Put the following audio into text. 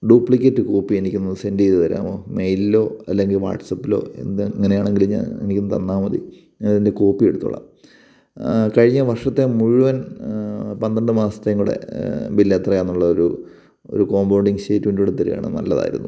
duplicate copy എനിക്കൊന്ന് send ചെയ്തു തരാമോ മെയിലിലോ അല്ലെങ്കിൽ വാട്സപ്പിലോ എന്ത് എങ്ങനെയാണെങ്കിലും ഞാൻ എനിക്കിങ്ങു തന്നാൽ മതി ഞാൻ അതിൻ്റെ കോപ്പി എടുത്തോളാം കഴിഞ്ഞ വർഷത്തെ മുഴുവൻ പന്ത്രണ്ട് മാസത്തെയും കൂടെ ബില്ലെത്രയെന്നുള്ളതൊരു ഒരു കോപൗണ്ടിങ്ങ് സ്റ്റേറ്റ്മെൻറ്റും കൂടെ തരുവാണേ നല്ലതായിരുന്നു